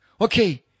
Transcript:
Okay